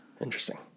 Interesting